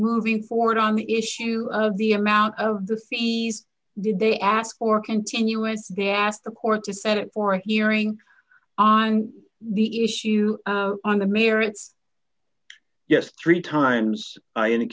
moving forward on the issue of the amount of the thieves did they ask or continue as they asked the court to set it for a hearing on the issue on the merits yes three times i